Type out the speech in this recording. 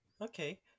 Okay